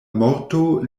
morto